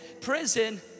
prison